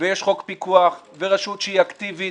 ויש חוק פיקוח ורשות שהיא אקטיבית.